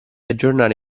aggiornare